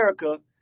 America